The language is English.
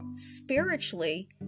spiritually